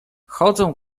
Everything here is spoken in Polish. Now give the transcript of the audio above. chodzę